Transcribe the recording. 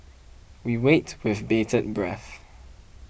we wait with bated breath